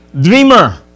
dreamer